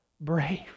brave